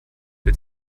der